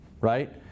right